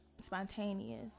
Spontaneous